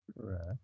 Correct